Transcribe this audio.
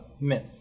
Myth